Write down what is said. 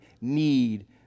need